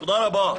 תודה רבה.